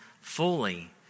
fully